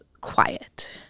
quiet